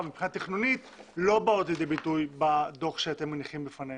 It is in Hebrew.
מבחינה תכנונית לא באות לידי ביטוי בדוח שאתם מניחים בפנינו.